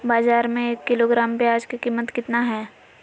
बाजार में एक किलोग्राम प्याज के कीमत कितना हाय?